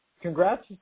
Congrats